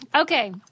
Okay